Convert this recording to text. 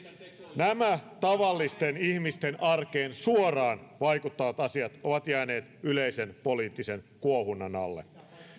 nämä tavallisten ihmisten arkeen suoraan vaikuttavat asiat ovat jääneet yleisen poliittisen kuohunnan alle